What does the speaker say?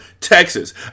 Texas